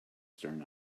stern